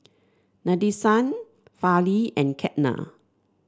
Nadesan Fali and Ketna